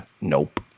nope